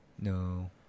No